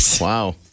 Wow